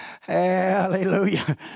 Hallelujah